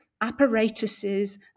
Apparatuses